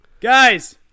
Guys